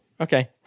Okay